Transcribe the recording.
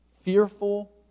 fearful